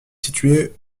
située